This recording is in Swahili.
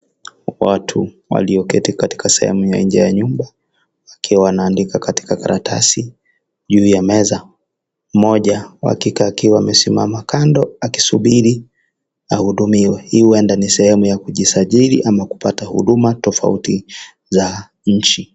Watu walioketi katika sehemu ya njee ya nyumba, wakiwa wanaandika katika karatasi juu ya meza. Mmoja wa kike akiwa amesimama kando akisubiri ahudumiwe. Hii huenda ni sehemu ya kujisajili ama kupata huduma tofauti za nchi.